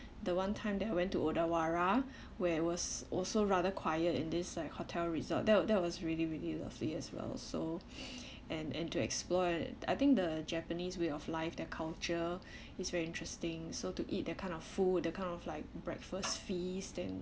the one time that I went to odawara where it was also rather quiet in this like hotel resort that was that was really really lovely as well so and and to explore and I think the japanese way of life their culture is very interesting so to eat their kind of food their kind of like breakfast feast and